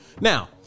Now